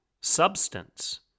substance